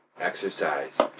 Exercise